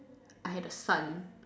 I had a son